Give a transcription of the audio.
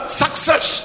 success